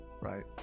right